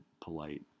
polite